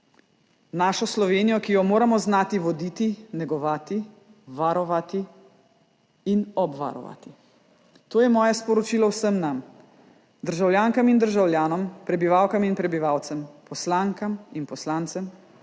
našo Slovenijo, ki jo moramo znati voditi, negovati, varovati in obvarovati. To je moje sporočilo vsem nam, državljankam in državljanom, prebivalkam in prebivalcem, poslankam in poslancem,